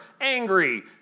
angry